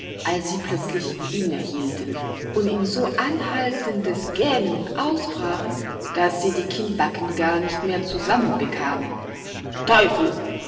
als sie plötzlich innehielten und in so anhaltendes gähnen ausbrachen daß sie die kinnbacken gar nicht mehr zusammenbekamen teufel